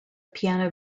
piano